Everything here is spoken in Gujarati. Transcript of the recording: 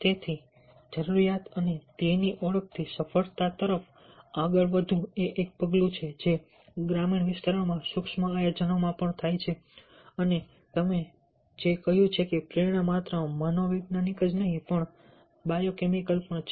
તેથી જરૂરિયાત અને ધ્યેયની ઓળખથી સફળતા તરફ આગળ વધવું એ એક પગલું છે જે ગ્રામીણ વિસ્તારોમાં સૂક્ષ્મ આયોજનમાં પણ થાય છે અને અમે જે કહ્યું છે કે પ્રેરણા માત્ર મનોવૈજ્ઞાનિક જ નહીં પણ બાયોકેમિકલ પણ છે